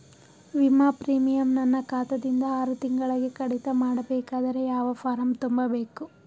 ವಿಮಾ ಪ್ರೀಮಿಯಂ ನನ್ನ ಖಾತಾ ದಿಂದ ಆರು ತಿಂಗಳಗೆ ಕಡಿತ ಮಾಡಬೇಕಾದರೆ ಯಾವ ಫಾರಂ ತುಂಬಬೇಕು?